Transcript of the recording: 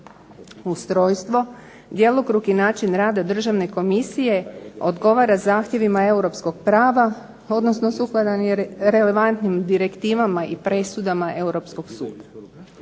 Ustrojstvo, djelokrug i način rada državne komisije odgovara zahtjevima europskog prava, odnosno sukladan je relevantnim direktivama i presudama europskog suda.